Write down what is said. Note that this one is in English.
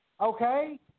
okay